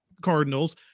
Cardinals